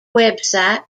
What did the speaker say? website